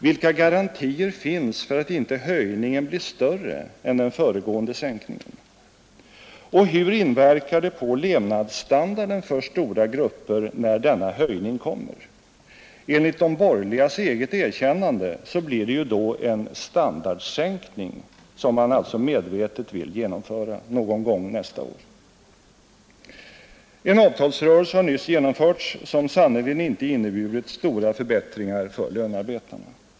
Vilka garantier finns för att inte höjningen blir större än den föregående sänkningen? Och hur inverkar det på levnadsstandarden för stora grupper när denna höjning kommer? Enligt de borgerligas eget erkännande blir det ju då en standardsänkning, som man alltså medvetet vill genomföra någon gång nästa år. En avtalsrörelse har nyss genomförts som sannerligen inte inneburit stora förbättringar för lönarbetarna.